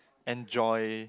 enjoy